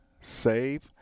save